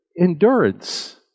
Endurance